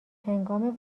هنگام